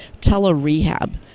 tele-rehab